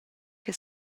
che